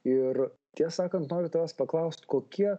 ir tiesą sakant noriu tavęs paklaust kokie